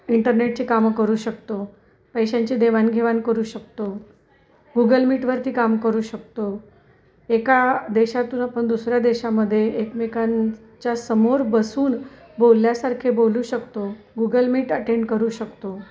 इंटरनेटची कामं करू शकतो पैशांची देवाणघेवाण करू शकतो गुगल मीटवरती काम करू शकतो एका देशातून आपण दुसऱ्या देशामध्ये एकमेकांच्या समोर बसून बोलल्यासारखे बोलू शकतो गुगल मीट अटेंड करू शकतो